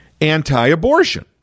anti-abortion